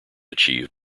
achieved